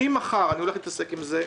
ממחר אני הולך להתעסק עם זה.